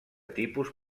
tipus